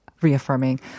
Reaffirming